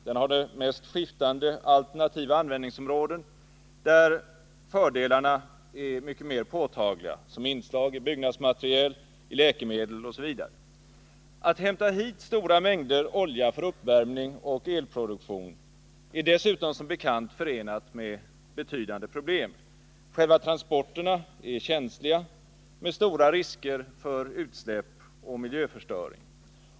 Den har de mest skiftande alternativa användningsområden, där dess fördelar är mycket mer påtagliga: som inslag i byggnadsmaterial, i läkemedel osv. Att hämta hit stora mängder olja för uppvärmning och elproduktion är dessutom som bekant förenat med betydande problem. Själva transporterna är känsliga med stora risker för utsläpp och miljöförstöring.